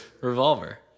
revolver